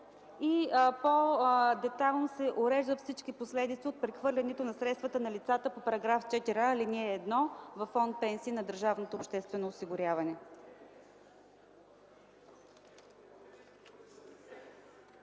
и по-детайлно се уреждат всички последици от прехвърлянето на средствата на лицата по § 4а, ал. 1 във Фонд „Пенсии” на държавното обществено осигуряване.